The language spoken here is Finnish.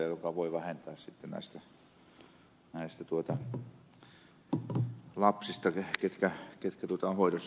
sen voi vähentää sitten näistä lapsista ketkä ovat hoidossa